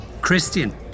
Christian